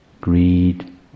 greed